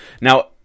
Now